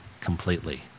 completely